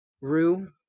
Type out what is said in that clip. rue